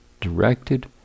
directed